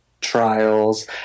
trials